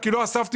כי לא אספתי,